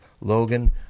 Logan